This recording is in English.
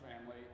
family